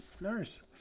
nurse